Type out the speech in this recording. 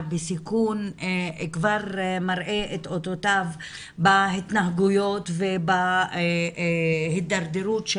בסיכון כבר מראה את אותותיו בהתנהגויות ובהתדרדרות של